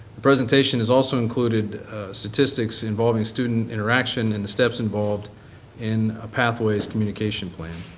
the presentation is also included statistic involving student interaction and the steps involved in a pathways communication plan.